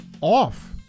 off